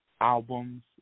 albums